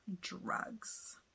drugs